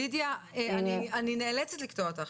לידיה, אני נאלצת לקטוע אותך.